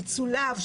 פיצוליו,